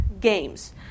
games